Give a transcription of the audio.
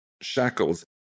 shackles